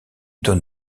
donne